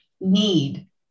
need